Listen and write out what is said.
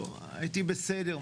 הייתי בסדר,